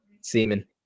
Semen